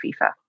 FIFA